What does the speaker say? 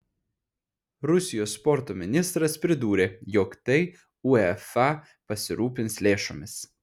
rusijos sporto ministras pridūrė jog tai uefa pasirūpins lėšomis